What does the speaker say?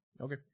Okay